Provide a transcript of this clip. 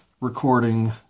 recording